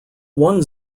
one